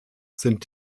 sind